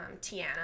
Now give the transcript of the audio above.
tiana